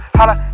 Holla